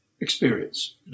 experience